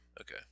Okay